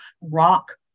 rock